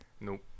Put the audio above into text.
Nope